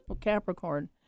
Capricorn